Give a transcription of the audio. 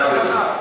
שמעתי אותך.